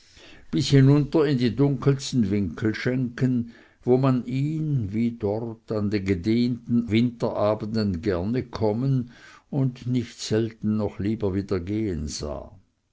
bis hinunter in die dunkelsten winkelschenken wo man ihn wie dort an den gedehnten winterabenden gerne kommen und nicht selten noch lieber wieder gehen sah